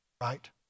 right